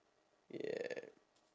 yeah